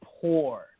poor